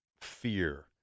fear